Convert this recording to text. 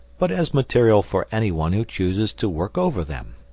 but as material for anyone who chooses to work over them,